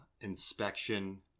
Inspection